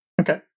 Okay